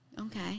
Okay